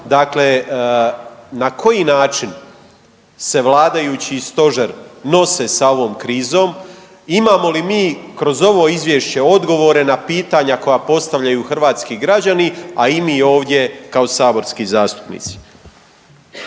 dakle na koji način se vladajući i Stožer nose sa ovom krizom? Imamo li mi kroz ovo izvješće odgovore na pitanja koja postavljaju hrvatski građani a i mi ovdje kao saborski zastupnici.